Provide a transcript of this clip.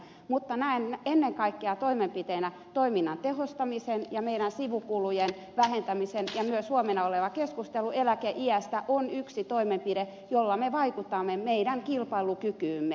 mutta näen ennen kaikkea toimenpiteenä toiminnan tehostamisen ja sivukulujen vähentämisen ja myös huomenna oleva keskustelu eläkeiästä on yksi toimenpide jolla me vaikutamme meidän kilpailukykyymme